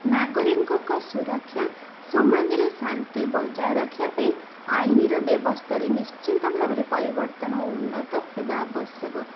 ନାଗରିକଙ୍କ ସୁରକ୍ଷା ସମାଜରେ ଶାନ୍ତି ବଜାୟ ରଖିବା ପାଇଁ ଆଇନର ବ୍ୟବସ୍ଥାରେ ନିଶ୍ଚିନ୍ତ ଭାବରେ ପରିବର୍ତ୍ତନ ଓ ଉନ୍ନତ ହେବା ଆବଶ୍ୟକ